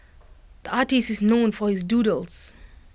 the artist is known for his doodles